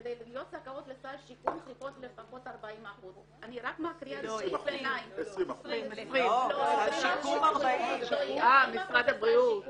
כדי להיות זכאיות לסל שיקום צריכות לפחות 40%. 20%. 40% משרד הבריאות.